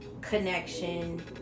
connection